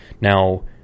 Now